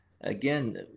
again